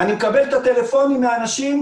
אני מקבל שיחות טלפון מאנשים,